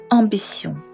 ambition